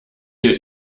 hier